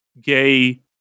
gay